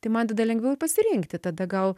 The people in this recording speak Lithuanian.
tai man tada lengviau ir pasirinkti tada gal